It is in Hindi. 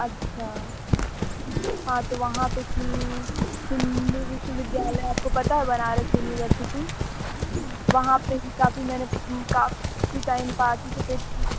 अच्छा हाँ तो वहाँ पे की हूँ हिन्दू विश्वविद्यालय आपको पता है बनारस यूनिवर्सिटी वहाँ पे ही काफ़ी मैंने काफ़ी टाइम पार्टिसिपेट किया है